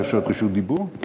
היו בקשות רשות דיבור?